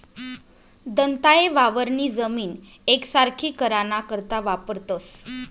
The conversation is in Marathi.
दंताये वावरनी जमीन येकसारखी कराना करता वापरतंस